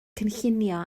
cynllunio